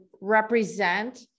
represent